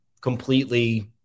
completely